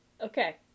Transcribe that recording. Okay